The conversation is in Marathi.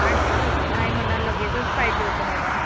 आठ दिवस नाही मला लगेचच पाहिजे होतं मॅडम